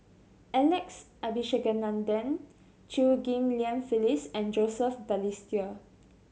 Alex Abisheganaden Chew Ghim Lian Phyllis and Joseph Balestier